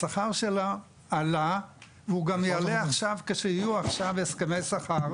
השכר שלו עלה והוא גם יעלה עכשיו כשיהיו עכשיו הסכמי שכר